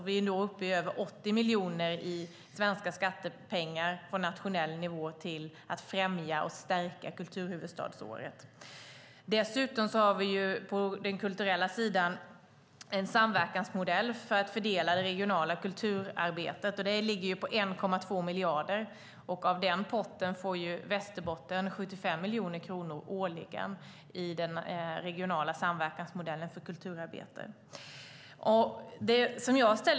Vi är nu uppe i över 80 miljoner av svenska skattepengar på nationell nivå till att främja och stärka kulturhuvudstadsåret. Dessutom har vi på den kulturella sidan en samverkansmodell för att fördela det regionala kulturarbetet. Det ligger på 1,2 miljarder, och av den potten får Västerbotten 75 miljoner kronor årligen i den regionala samverkansmodellen för kulturarbete.